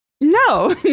No